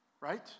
Right